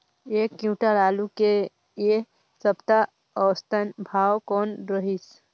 एक क्विंटल आलू के ऐ सप्ता औसतन भाव कौन रहिस?